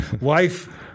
wife